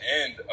end